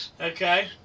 Okay